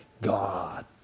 God